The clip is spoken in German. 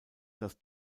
das